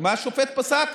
מה השופט פסק,